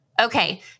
Okay